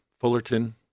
Fullerton